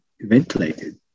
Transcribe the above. ventilated